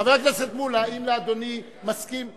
חבר הכנסת מולה, האם אדוני מסכים?